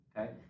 Okay